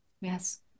Yes